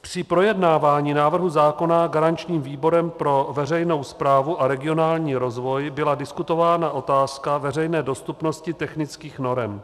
Při projednávání návrhu zákona garančním výborem pro veřejnou správu a regionální rozvoj byla diskutována otázka veřejné dostupnosti technických norem.